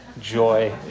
joy